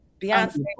Beyonce